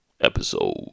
episode